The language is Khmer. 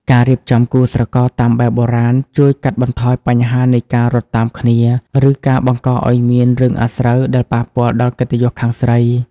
ការរៀបចំគូស្រករតាមបែបបុរាណ ជួយកាត់បន្ថយបញ្ហានៃការ "រត់តាមគ្នា" ឬការបង្កឱ្យមានរឿងអាស្រូវដែលប៉ះពាល់ដល់កិត្តិយសខាងស្រី។